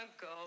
go